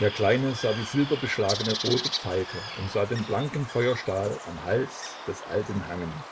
der kleine sah die silberbeschlagene rote pfeife und sah den blanken feuerstahl am hals des alten hangen